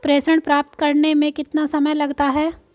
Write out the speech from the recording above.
प्रेषण प्राप्त करने में कितना समय लगता है?